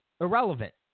irrelevant